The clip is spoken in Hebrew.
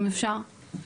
אם אפשר,